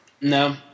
No